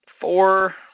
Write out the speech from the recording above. four –